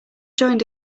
joined